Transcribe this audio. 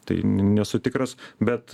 tai nesu tikras bet